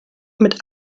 mit